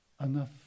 enough